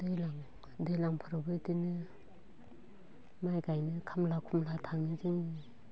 दैज्लां दैज्लांफोरावबो इदिनो माइ गायनो खामला खुमला थाङो जोङो